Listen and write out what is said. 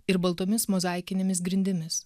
ir baltomis mozaikinėmis grindimis